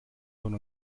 von